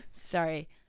Sorry